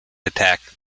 attack